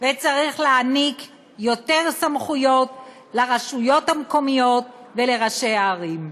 וצריך להעניק יותר סמכויות לרשויות המקומיות ולראשי הערים.